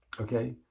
Okay